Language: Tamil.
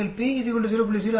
நீங்கள் p 0